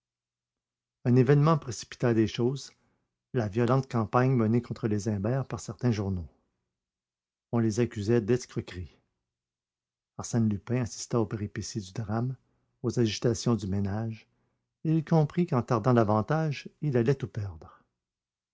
un événement précipita les choses la violente campagne menée contre les imbert par certains journaux on les accusait d'escroquerie arsène lupin assista aux péripéties du drame aux agitations du ménage et il comprit qu'en tardant davantage il allait tout perdre